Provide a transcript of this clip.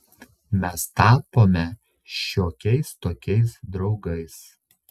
mes tapome šiokiais tokiais draugais